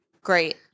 Great